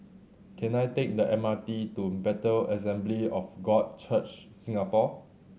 can I take the M R T to Bethel Assembly of God Church Singapore